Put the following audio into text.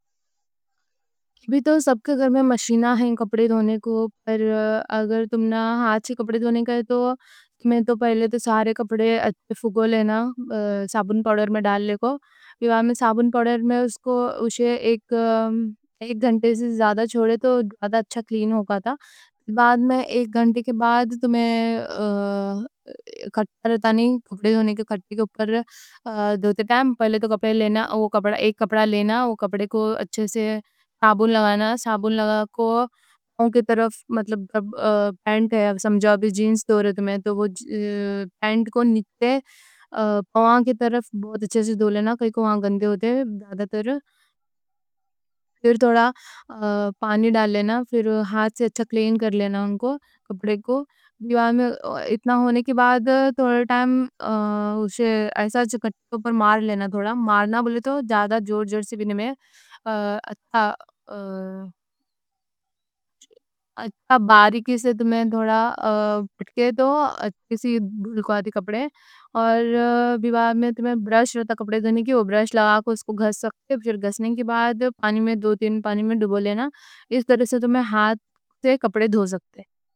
سب کے گھر میں مشیناں ہیں کپڑے دھونے کو اگر تم نہ ہاتھ سے۔ کپڑے دھونے کریں تو تمہیں پہلے سارے کپڑے اچھے بھگو لینا۔ سابن پاوڈر میں ڈال لے کو سابن پاوڈر۔ اسے ایک گھنٹے سے زیادہ چھوڑے تو بہت اچھا کلین ہوگا۔ تھا ایک گھنٹے کے بعد تمہیں کھٹا رہتا نہیں کپڑے دھونے کے کھٹّے۔ کے اوپر دھوتے ٹیم پہلے تو ایک کپڑا لینا وہ کپڑے کو۔ اچھے سے سابن لگانا، سابن لگا کو پاؤں کے طرف مطلب۔ پینٹ ہے سمجھو، ابھی جینز دھو رہے تمہیں تو پاؤں کے طرف بہت اچھے سے دھو لینا۔ کلین کر لینا ان کو کپڑے کو بیوان میں اتنا ہونے کے۔ بعد تھوڑا ٹائم ایسا چکٹّوں پر مار لینا، تھوڑا مارنا بولے تو۔ جادہ زور سے بھی نہیں، اچھا باریکی سے تمہیں تھوڑا۔ پٹکے تو اچھے سے دھلک ہو سکتے ہیں۔ اور برش ہوتا کپڑے دھونے کی، اس کو گھس لینا، گھسنے کی بعد دو تین بار پانی میں ڈبو لینا اچھے سے۔ اس طرح سے تم اچھے سے کپڑے دھو سکتے۔